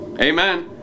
Amen